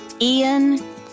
Ian